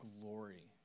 glory